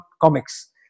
comics